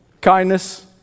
Kindness